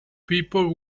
people